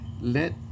Let